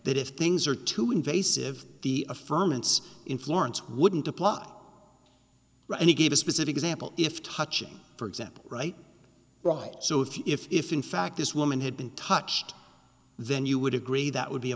that if things are too invasive the affirm and in florence wouldn't apply and he gave a specific example if touching for example right right so if in fact this woman had been touched then you would agree that would be a